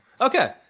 Okay